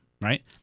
right